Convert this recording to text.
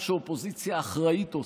מה שאופוזיציה אחראית עושה.